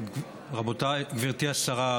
גברתי השרה,